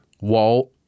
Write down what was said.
Walt